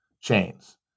chains